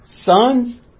Sons